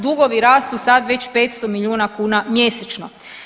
Dugovi rastu sad već 500 milijuna kuna mjesečno.